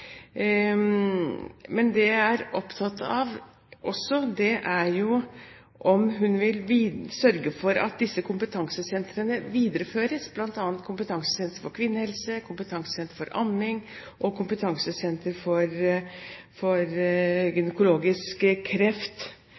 Men det jeg også er opptatt av, er om hun vil sørge for at disse kompetansesentrene videreføres, bl.a. kompetansesenteret for kvinnehelse, kompetansesenteret for amming og kompetansesenteret for gynekologisk kreft.